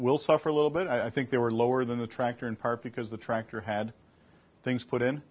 will suffer a little bit i think they were lower than the tractor in part because the tractor had things put in